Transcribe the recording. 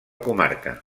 comarca